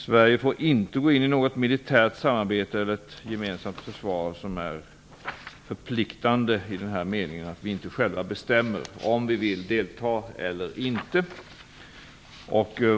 Sverige får inte gå in i något militärt samarbete eller ett gemensamt försvar som är förpliktande i den meningen att vi inte själva bestämmer om vi vill delta eller inte.